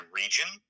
region